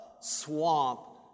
swamp